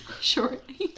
Shortly